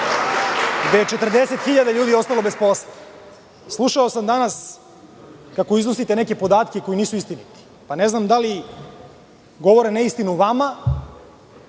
gde je 40.000 ljudi ostalo bez posla? Slušao sam danas kako iznosite neke podatke koji nisu istiniti. Ne znam da li govore neistinu nama